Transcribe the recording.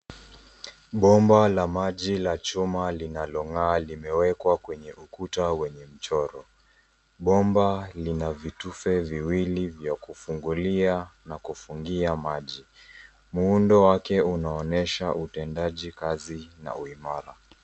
Bomba la maji la chuma linalong'aa limewekwa kwenye ukuta wenye michoro. Bomba lina vitufe viwili vya kufungulia na kufungia maji. Muundo wake unaonyesha utendaji kazi na uimara.